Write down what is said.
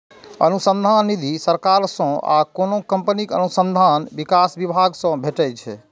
अनुसंधान निधि सरकार सं आ कोनो कंपनीक अनुसंधान विकास विभाग सं भेटै छै